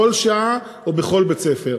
בכל שעה ובכל בית-ספר.